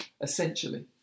essentially